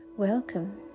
Welcome